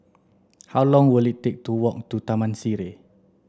how long will it take to walk to Taman Sireh